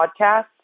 podcast